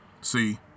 See